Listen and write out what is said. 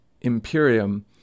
imperium